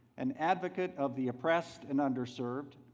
an advocate of the oppressed and underserved,